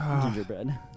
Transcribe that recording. gingerbread